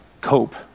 cope